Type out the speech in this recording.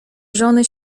żony